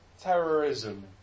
Terrorism